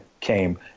came